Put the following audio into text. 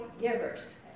Givers